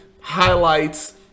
highlights